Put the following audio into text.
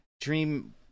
dream